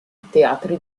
teatri